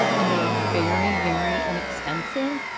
and they are very, very inexpensive,